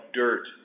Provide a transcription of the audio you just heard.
dirt